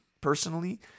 personally